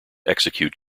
execute